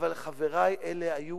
אבל, חברי, אלה היו